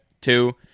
Two